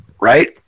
Right